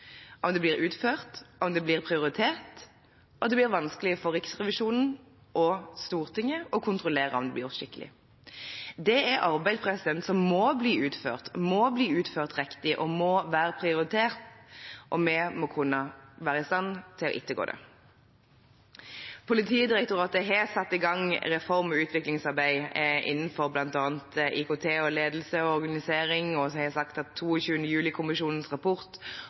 om det blir utført og om det blir prioritert – og det blir vanskelig for Riksrevisjonen og Stortinget å kontrollere om det blir gjort skikkelig. Det er arbeid som må bli utført, som må bli utført riktig, og som må være prioritert, og vi må kunne være i stand til å ettergå det. Politidirektoratet har satt i gang reform- og utviklingsarbeid innenfor bl.a. IKT, ledelse og organisering og har sagt at 22. juli-kommisjonens rapport